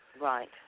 right